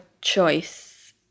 choice